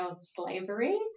slavery